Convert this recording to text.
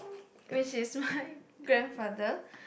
which is my grandfather